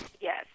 Yes